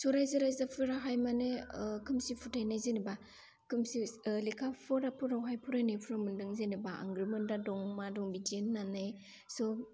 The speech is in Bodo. स' रायजो राजाफोराहाय माने खोमसि फोथाइनाय जेनोबा खोमसि लेखा फरा फोराव फरायनायफ्राव मोनदों जेनोबा आंग्रोमोनदा दं मा दं बिदि होननानै स'